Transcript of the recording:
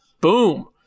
Boom